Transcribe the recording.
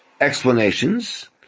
explanations